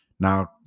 Now